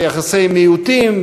ויחסי מיעוטים,